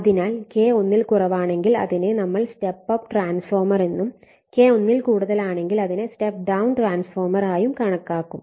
അതിനാൽ K ഒന്നിൽ കുറവാണെങ്കിൽ അതിനെ നമ്മൾ സ്റ്റെപ്പ് അപ്പ് ട്രാൻസ്ഫോർമർ എന്നും K ഒന്നിൽ കൂടുതലാണെങ്കിൽ അതിനെ സ്റ്റെപ്പ് ഡൌൺ ട്രാൻസ്ഫോർമർ ആയും കണക്കാക്കും